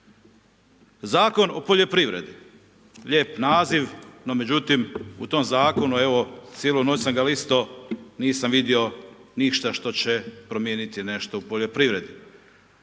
Zakon o poljoprivredi, lijep naziv no međutim u tom zakonu evo cijelu noć sam ga listao, nisam vidio ništa što će promijeniti nešto što će promijeniti